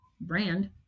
brand